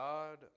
God